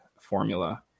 formula